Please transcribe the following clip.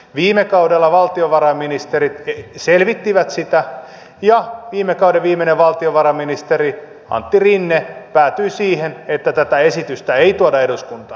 viime kaudella valtiovarainministerit selvittivät sitä ja viime kauden viimeinen valtiovarainministeri antti rinne päätyi siihen että tätä esitystä ei tuoda eduskuntaan